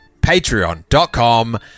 patreon.com